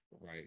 Right